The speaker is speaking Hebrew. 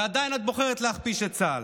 ועדיין את בוחרת להכפיש את צה"ל.